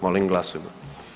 Molim glasujmo.